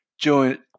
joint